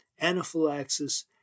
anaphylaxis